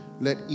let